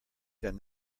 than